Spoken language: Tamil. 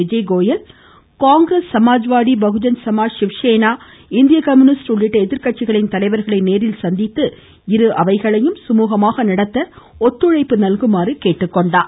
விஜய்கோயல் காங்கிரஸ் சமாஜ்வாடி பகுஜன் சமாஜ் சிவ்சேனா இந்திய கம்யூனிஸ்ட் உள்ளிட்ட எதிர்கட்சிகளின் தலைவர்களை நேரில் சந்தித்து இரு அவைகளையும் சுமூகமாக நடத்த ஒத்துழைப்பு நல்குமாறு கேட்டுக் கொண்டார்